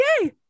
Yay